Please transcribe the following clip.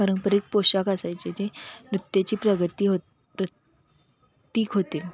पारंपरिक पोशाख असायचे जे नृत्याची प्रगती हो तिक होते